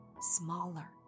smaller